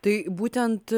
tai būtent